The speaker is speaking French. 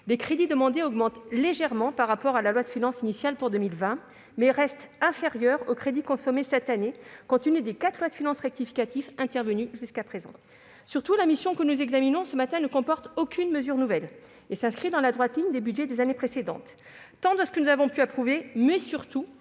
les crédits demandés augmentent légèrement par rapport à la loi de finances initiale pour 2020, ils restent inférieurs aux crédits consommés cette année, compte tenu des quatre lois de finances rectificatives intervenues jusqu'à présent. Surtout, la mission que nous examinons ce matin ne comporte aucune mesure nouvelle et s'inscrit dans la droite ligne des budgets des années précédentes- s'agissant de ce que nous avons approuvé, mais aussi